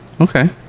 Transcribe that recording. Okay